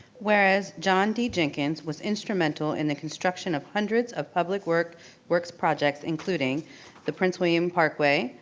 whereas john d. jenkins was instrumental in the construction of hundreds of public works works projects, including the prince william parkway,